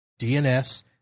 DNS